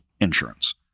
insurance